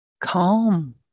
calm